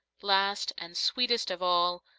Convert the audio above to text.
last, and sweetest of all,